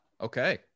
Okay